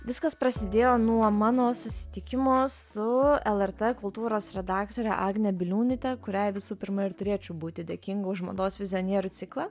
viskas prasidėjo nuo mano susitikimo su lrt kultūros redaktore agne biliūnaite kuriai visų pirma ir turėčiau būti dėkinga už mados vizionierių ciklą